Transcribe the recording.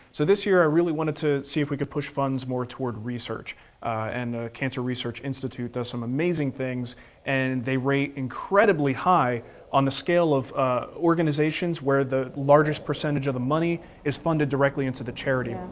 so this year i really wanted to see if we could push funds more toward research and cancer research institute does some amazing things and they rate incredibly high on the scale of organizations where the largest percentage of the money is funded directly into the charity. um